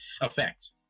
effect